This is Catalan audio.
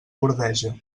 bordeja